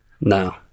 No